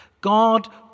God